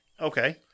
Okay